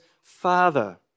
Father